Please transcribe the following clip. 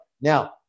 Now